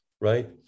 right